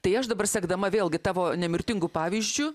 tai aš dabar sekdama vėlgi tavo nemirtingu pavyzdžiu